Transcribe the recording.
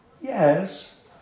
yes